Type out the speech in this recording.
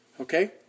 okay